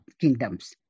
kingdoms